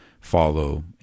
follow